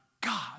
God